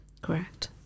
Correct